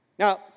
Now